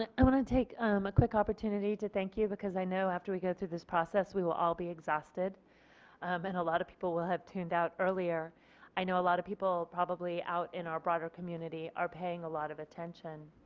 i just want to take um a quick opportunity to thank you because i know after we go through this process we will all be exhausted um and a lot of people will have tuned out earlier i know a lot of people probably out in our broader community are paying a lot of attention.